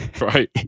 right